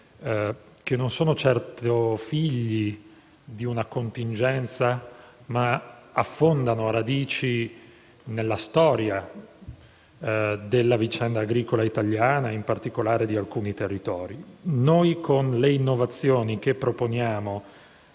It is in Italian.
che non sono certo figli di una contingenza, ma affondano radici nella storia della vicenda agricola italiana, in particolare di alcuni territori. Con le innovazioni che proponiamo